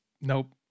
nope